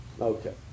Okay